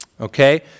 okay